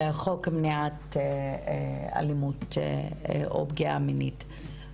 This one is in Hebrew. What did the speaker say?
חוק למניעת אלימות או פגיעה מינית,